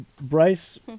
Bryce